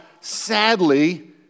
sadly